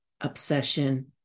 obsession